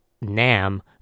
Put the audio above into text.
Nam